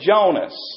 Jonas